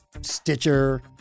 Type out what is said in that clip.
Stitcher